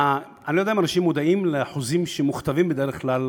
אני לא יודע אם אנשים מודעים לסעיפי החוזים שמוכתבים בדרך כלל